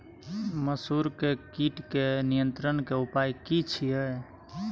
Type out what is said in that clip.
मसूर के कीट के नियंत्रण के उपाय की छिये?